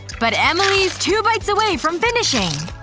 but emily's two bites away from finishing!